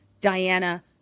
Diana